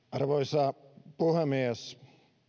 arvoisa puhemies